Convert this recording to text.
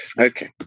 Okay